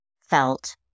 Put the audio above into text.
felt